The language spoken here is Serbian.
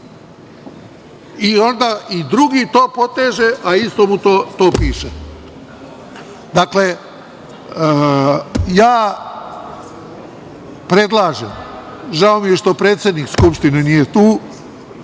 I drugi to poteže, a isto mu to piše. Predlažem, žao mi je što predsednik Skupštine nije tu,